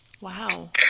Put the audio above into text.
wow